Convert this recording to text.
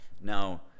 now